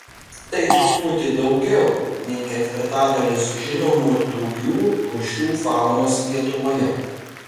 tai truputį daugiau nei ketvirtadalis žinomų drugių rūšių faunos lietuvoje